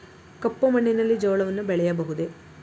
ಕಪ್ಪು ಮಣ್ಣಿನಲ್ಲಿ ಜೋಳವನ್ನು ಬೆಳೆಯಬಹುದೇ?